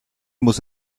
muss